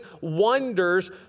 wonders